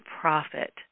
profit